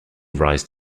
rise